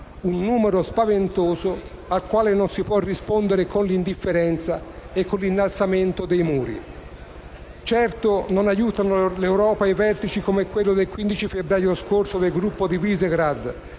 un numero spaventoso al quale non si può rispondere con l'indifferenza e con l'innalzamento dei muri. Certo, non aiutano l'Europa i vertici come quello del 15 febbraio scorso del Gruppo di Visegrad